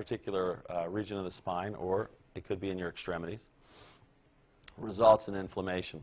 particular region of the spine or it could be in your extremities results in inflammation